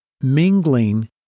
mingling